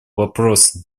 вопроса